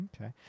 Okay